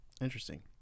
interesting